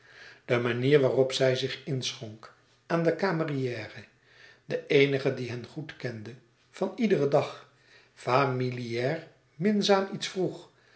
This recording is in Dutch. de manier waarop zij zich inschonk aan den cameriere den eenigen die hen goed kende van iederen dag familiaar minzaam iets vroeg